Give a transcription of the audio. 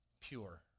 pure